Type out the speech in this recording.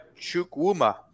Chukwuma